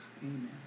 Amen